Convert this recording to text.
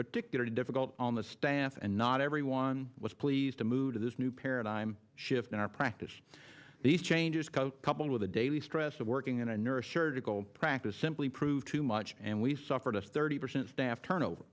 particularly difficult on the staff and not everyone was pleased to move to this new paradigm shift in our practice these changes call coupled with the daily stress of working in a nurse surgical practice simply proved too much and we suffered a thirty percent staff turnover